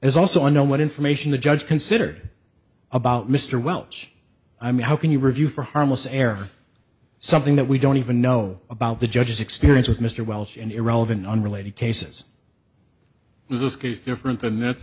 is also i know what information the judge considered about mr welch i mean how can you review for harmless error something that we don't even know about the judge's experience with mr welch in irrelevant unrelated cases is this case different than th